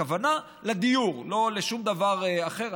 הכוונה לדיור, לא לשום דבר אחר.